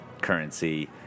currency